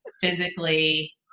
physically